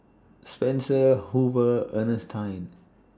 Spencer Hoover Ernestine